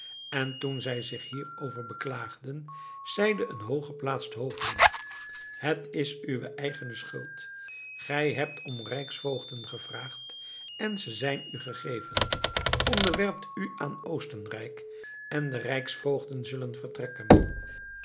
en toen zij zich hierover beklaagden zeide een hooggeplaatst hoveling het is uwe eigene schuld gij hebt om rijksvoogden gevraagd en ze zijn u gegeven onderwerpt u aan oostenrijk en de rijksvoogden zullen vertrekken